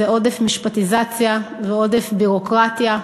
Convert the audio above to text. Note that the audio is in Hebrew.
זה עודף משפטיזציה ועודף ביורוקרטיה.